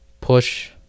Push